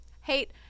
hate